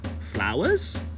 flowers